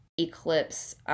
eclipse